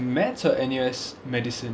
wait N_U_S mathematics or N_U_S medicine